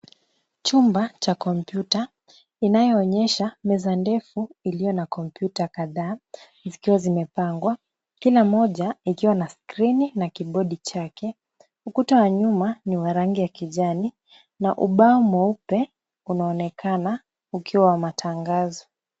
Chumba cha kompyuta inayoonyesha meza ndefu iliyo na kompyuta kadhaa zikiwa zimepangwa kila moja ikiwa na skrini na kibodi chake. Ukuta wa nyuma ni wa rangi ya kijani na ubao mweupe unaonekana ukiwa wa matangazo.